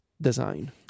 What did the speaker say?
design